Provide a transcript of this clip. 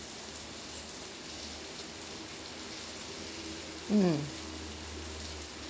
mm